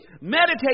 Meditate